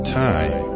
time